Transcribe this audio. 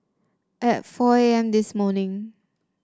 at four A M this morning